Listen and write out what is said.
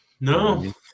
No